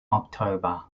october